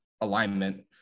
alignment